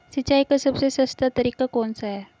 सिंचाई का सबसे सस्ता तरीका कौन सा है?